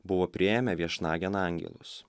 buvo priėmę viešnagėn angelus